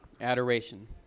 Adoration